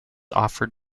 offered